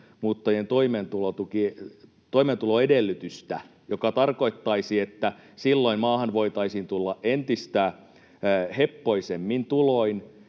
maahanmuuttajien toimeentuloedellytystä, mikä tarkoittaisi, että silloin maahan voitaisiin tulla entistä heppoisemmin tuloin,